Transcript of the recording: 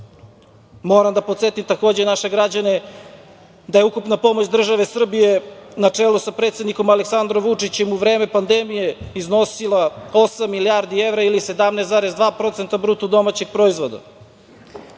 0,5%.Moram da podsetim takođe naše građane da je ukupna pomoć države Srbije na čelu sa predsednikom Aleksandrom Vučićem u vreme pandemije iznosila osam milijardi evra ili 17,2% BDP.Takođe, nikada,